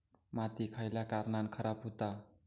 माती खयल्या कारणान खराब हुता?